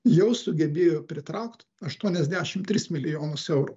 jau sugebėjo pritraukt aštuoniasdešimt tris milijonus eurų